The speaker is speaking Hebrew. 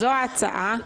זו ההצעה,